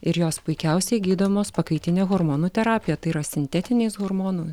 ir jos puikiausiai gydomos pakaitine hormonų terapija tai yra sintetiniais hormonų